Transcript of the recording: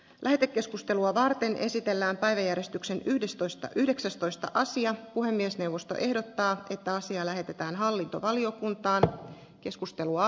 lähetekeskustelua varten esitellään päiväjärjestyksen yhdestoista yhdeksästoista asian puhemiesneuvosto ehdottaa että asia lähetetään hallintovaliokuntaanä keskustelua